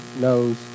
knows